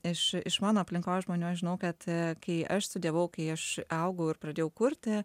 iš iš mano aplinkos žmonių aš žinau kad kai aš studijavau kai aš augau ir pradėjau kurti